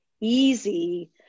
easy